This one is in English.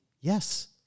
yes